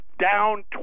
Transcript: down